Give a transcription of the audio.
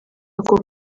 ako